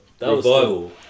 Revival